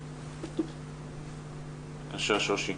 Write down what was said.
בבקשה, שושי.